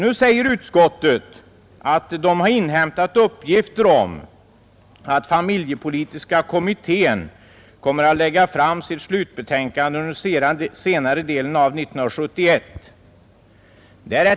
Nu säger utskottet att det har inhämtat uppgifter om att familjepolitiska kommittén kommer att lägga fram sitt slutbetänkande under senare delen av 1971.